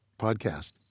podcast